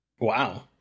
Wow